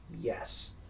yes